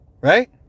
Right